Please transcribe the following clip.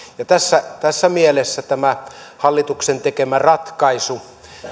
tässä tässä mielessä tämä hallituksen tekemä ratkaisu